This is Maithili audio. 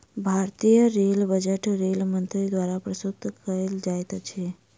भारतीय रेल बजट रेल मंत्री द्वारा प्रस्तुत कयल जाइत अछि